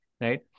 Right